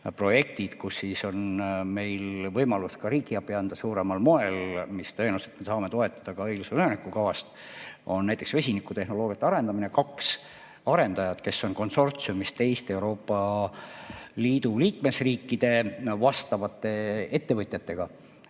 projektid, kus meil on võimalus ka riigiabi anda suuremal moel ja mida tõenäoliselt me saame toetada ka õiglase ülemineku kavast, on näiteks vesinikutehnoloogiate arendamine. Kaks arendajat, kes on konsortsiumis teiste Euroopa Liidu liikmesriikide vastavate ettevõtjatega,